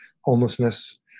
homelessness